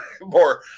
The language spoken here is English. more